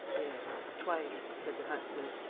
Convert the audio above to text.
yes, twice, said the huntsman.